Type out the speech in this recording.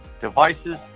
devices